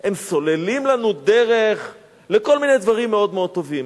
הם סוללים לנו דרך לכל מיני דברים מאוד-מאוד טובים,